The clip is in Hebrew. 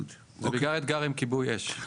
כן, זה בעיקר האתגר עם כיבוי אש.